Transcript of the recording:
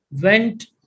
went